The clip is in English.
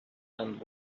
and